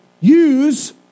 use